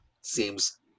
seems